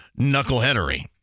knuckleheadery